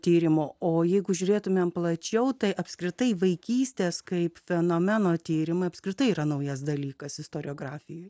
tyrimo o jeigu žiūrėtumėme plačiau tai apskritai vaikystės kaip fenomeno tyrimai apskritai yra naujas dalykas istoriografijoje